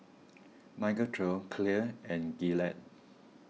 Michael Trio Clear and Gillette